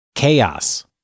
chaos